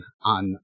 on